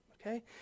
okay